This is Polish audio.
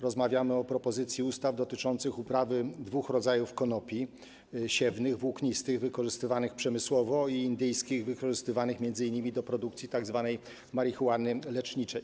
Rozmawiamy o propozycji ustaw dotyczących uprawy dwóch rodzajów konopi: siewnych, włóknistych, wykorzystywanych przemysłowo, i indyjskich, wykorzystywanych m.in. do produkcji tzw. marihuany leczniczej.